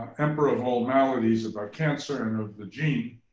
emperor of all maladies, about cancer and of the gene,